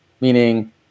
meaning